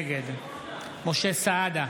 נגד משה סעדה,